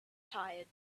tired